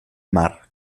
mar